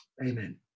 amen